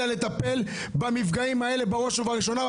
אלא לטפל במפגעים האלה בראש ובראשונה.